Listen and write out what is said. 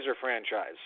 franchise